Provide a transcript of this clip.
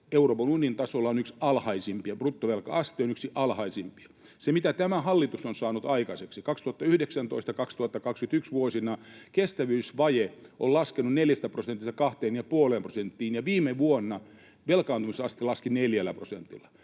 Euroopan unionin tasolla on yksi alhaisimpia, bruttovelka-aste on yksi alhaisimpia. Ja mitä tämä hallitus on saanut aikaiseksi? Vuosina 2019—2021 kestävyysvaje on laskenut neljästä prosentista kahteen ja puoleen prosenttiin, ja viime vuonna velkaantumisaste laski neljällä prosentilla.